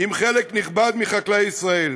עם חלק נכבד מחקלאי ישראל.